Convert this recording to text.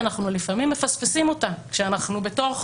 אנחנו לפעמים מפספסים אותה כשאנחנו בתוך